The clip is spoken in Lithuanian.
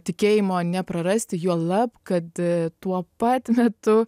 tikėjimo neprarasti juolab kad tuo pat metu